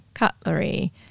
Cutlery